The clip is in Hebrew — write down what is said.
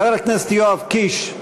חבר הכנסת יואב קיש,